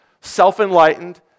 self-enlightened